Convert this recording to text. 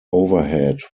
overhead